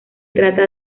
trata